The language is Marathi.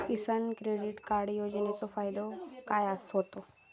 किसान क्रेडिट कार्ड योजनेचो फायदो काय होता?